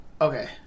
okay